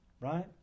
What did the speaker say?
right